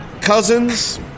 Cousins